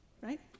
right